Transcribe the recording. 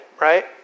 Right